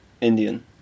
Indian